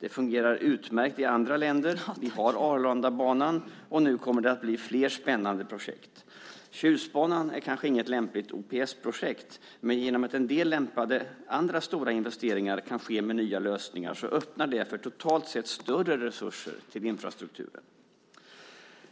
Det fungerar utmärkt i andra länder. Vi har Arlandabanan, och nu kommer det att bli fler spännande projekt. Tjustbanan är kanske inget lämpligt OPS-projekt, men genom att en del lämpliga andra stora investeringar kan ske med nya lösningar öppnar det för totalt sett större resurser till infrastrukturen.